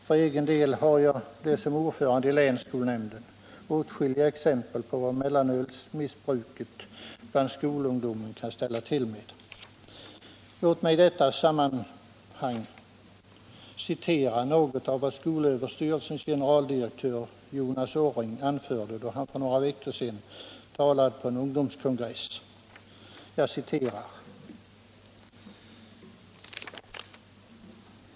För egen del har jag som ordförande i länsskolnämnden åtskilliga exempel på vad mellanölsmissbruket bland skolungdomen kan ställa till med. Låt mig i detta sammanhang få citera något av vad skolöverstyrelsens generaldirektör Jonas Orring anförde då han för några veckor sedan talade på en ungdomskongress.